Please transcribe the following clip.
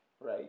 right